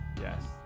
Yes